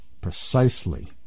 precisely